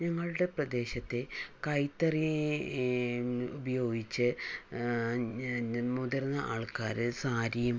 ഞങ്ങളുടെ പ്രദേശത്തെ കൈത്തറി ഉപയോഗിച്ച് മുതിർന്ന ആൾക്കാര് സാരിയും